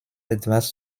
etwas